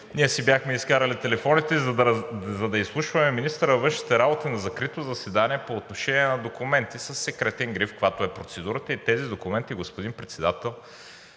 ние си бяхме изкарали телефоните, за да изслушваме министъра на външните работи на закрито заседание по отношение на документи със секретен гриф, каквато е процедурата, и тези документи, господин Председател,